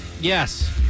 Yes